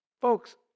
Folks